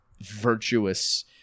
virtuous